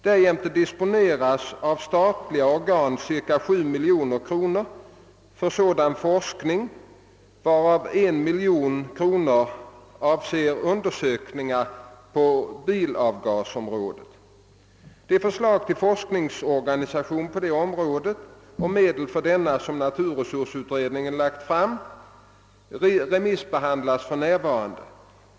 Därjämte disponeras av statliga organ ca 7 miljoner kronor för sådan forskning, varav 1 miljon kronor avser undersökningar på bilavgasområdet. Det förslag till forskningsorganisation på detta område och medel för denna, som naturresursutredningen lagt fram, remissbehandlas för närvarande.